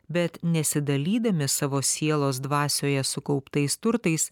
bet nesidalydami savo sielos dvasioje sukauptais turtais